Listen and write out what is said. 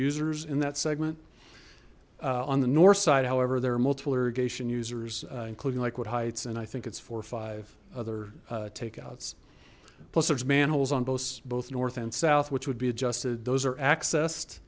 users in that segment on the north side however there are multiple irrigation users including like what heights and i think it's four or five other take outs plus there's manholes on both both north and south which would be adjusted those are accessed